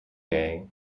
day